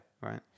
right